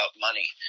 money